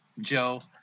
Joe